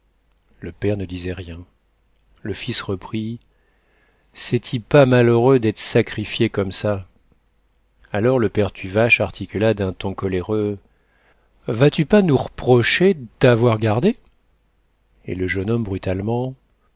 le père ne disait rien le fils reprit c'est-il pas malheureux d'être sacrifié comme ça alors le père tuvache articula d'un ton coléreux vas-tu pas nous r'procher d t'avoir gardé et le jeune homme brutalement